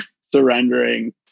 surrendering